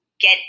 get